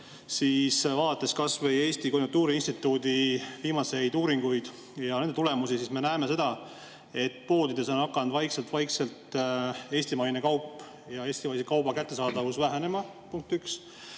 Kui vaadata kasvõi Eesti Konjunktuuriinstituudi viimaseid uuringuid ja nende tulemusi, siis me näeme seda, et poodides on hakanud vaikselt-vaikselt eestimaine kaup vähenema ja eestimaise kauba kättesaadavus [halvenema], punkt üks.